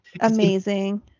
Amazing